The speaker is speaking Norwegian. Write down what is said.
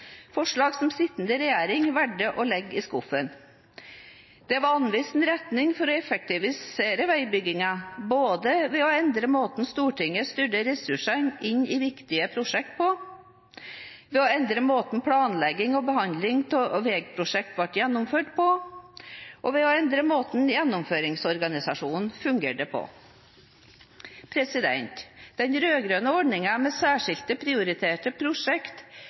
forslag som sittende regjering valgte å legge i skuffen. Det var anvist en retning for å effektivisere veibyggingen, både ved å endre måten Stortinget styrte ressurser inn i viktige prosjekter på, ved å endre måten planleggingen og behandlingen av veiprosjekter ble gjennomført på, og ved å endre måten gjennomføringsorganisasjonen fungerte på. Den rød-grønne ordningen med «særskilt prioriterte